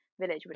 village